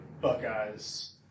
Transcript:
Buckeyes